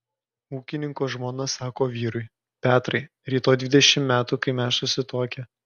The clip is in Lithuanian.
ūkininko žmona sako vyrui petrai rytoj dvidešimt metų kai mes susituokę